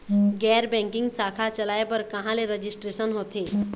गैर बैंकिंग शाखा चलाए बर कहां ले रजिस्ट्रेशन होथे?